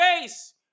face